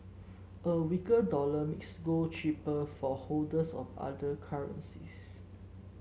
a weaker dollar makes gold cheaper for holders of other currencies